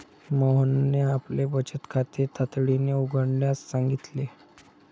मोहनने आपले बचत खाते तातडीने उघडण्यास सांगितले